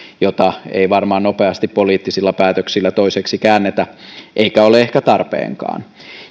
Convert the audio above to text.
jota ei varmaan nopeasti poliittisilla päätöksillä toiseksi käännetä eikä ole ehkä tarpeenkaan